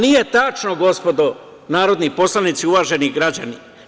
Nije tačno, gospodo narodni poslanici, uvaženi građani.